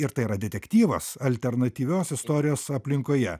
ir tai yra detektyvas alternatyvios istorijos aplinkoje